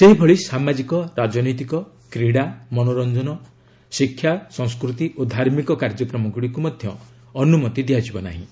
ସେହିଭଳି ସାମାଜିକ ରାଜନୈତିକ କ୍ରୀଡ଼ା ମନୋର୍ଚଜନ ଶିକ୍ଷା ସଂସ୍କୃତି ଓ ଧାର୍ମିକ କାର୍ଯ୍ୟକ୍ରମଗୁଡ଼ିକୁ ମଧ୍ୟ ଅନୁମତି ଦିଆଯିବ ନାହିଁ